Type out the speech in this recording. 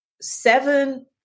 seven